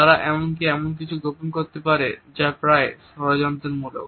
তারা এমনকি এমন কিছু গোপন করতে পারে যা প্রায় ষড়যন্ত্রমূলক